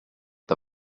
the